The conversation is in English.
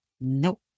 no